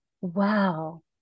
wow